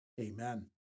Amen